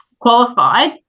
qualified